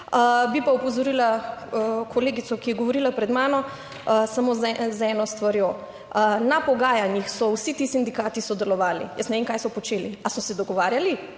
Bi pa opozorila kolegico, ki je govorila pred mano samo z eno stvarjo, na pogajanjih so vsi ti sindikati sodelovali. Jaz ne vem kaj so počeli ali so se dogovarjali,